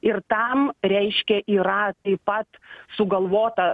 ir tam reiškia yra taip pat sugalvota